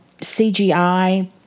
CGI